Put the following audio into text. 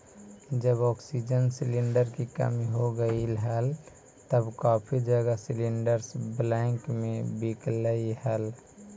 जब oxygen cylinder की कमी हो गईल हल तब काफी जगह सिलेंडरस ब्लैक में बिकलई हल